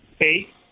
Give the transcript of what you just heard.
eight –